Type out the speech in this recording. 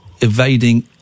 evading